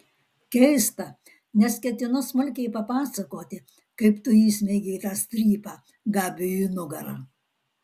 keista nes ketinu smulkiai papasakoti kaip tu įsmeigei tą strypą gabiui į nugarą